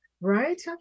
right